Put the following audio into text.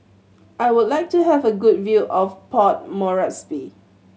I would like to have a good view of Port Moresby